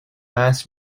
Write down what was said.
mass